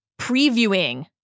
previewing